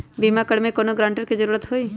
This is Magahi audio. बिमा करबी कैउनो गारंटर की जरूरत होई?